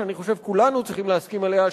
אני חושב שכולנו צריכים להסכים עליה,